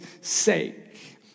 sake